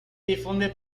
difunde